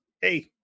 hey